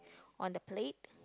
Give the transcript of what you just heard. on the plate